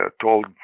told